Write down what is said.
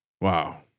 Wow